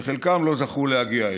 וחלקם לא זכו להגיע אליה.